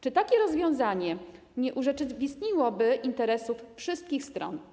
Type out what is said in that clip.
Czy takie rozwiązanie nie urzeczywistniłoby interesów wszystkich stron?